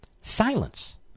Silence